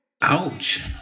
Ouch